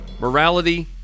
Morality